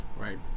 right